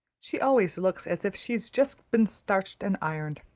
she always looks as if she'd just been starched and ironed.